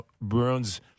Bruins